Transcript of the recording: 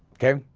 okay,